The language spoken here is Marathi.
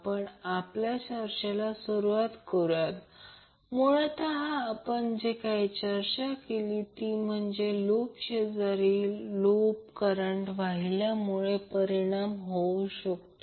आपण आपल्या चर्चेला सुरुवात करूया मुळतः आपण जे काही चर्चा केली म्हणजे एका लूपमुळे शेजारील लूपवर करंट वाहिल्यामुळे परिणाम होऊ शकतो